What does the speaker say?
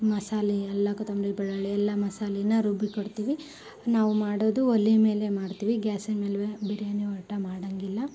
ಮಸಾಲೆ ಎಲ್ಲ ಕೊತ್ತಂಬರಿ ಬೆಳ್ಳುಳ್ಳಿ ಎಲ್ಲ ಮಸಾಲೆನ ರುಬ್ಬಿ ಕೊಡ್ತೀವಿ ನಾವು ಮಾಡೋದು ಒಲೆ ಮೇಲೆ ಮಾಡ್ತೀವಿ ಗ್ಯಾಸಿನ ಮೇಲೆ ಬಿರಿಯಾನಿ ಒಟ್ಟು ಮಾಡೋಂಗಿಲ್ಲ